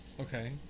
Okay